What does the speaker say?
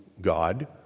God